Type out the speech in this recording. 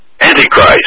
Antichrist